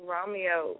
Romeo